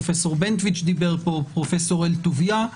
פרופסור בנדביץ' דיבר פה, גם פרופסור אל טוביה.